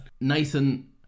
Nathan